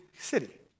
city